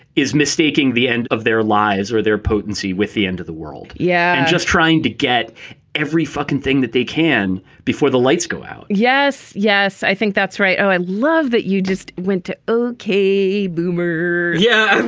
is mistaking the end of their lives or their potency with the end of the world. yeah. just trying to get every fucking thing that they can before the lights go out yes. yes, i think that's right. oh, i love that you just went to. okay boomer. yeah,